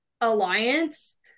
alliance